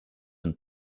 een